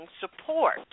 support